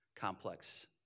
complex